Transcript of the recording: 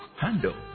handle